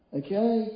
okay